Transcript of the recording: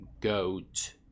goat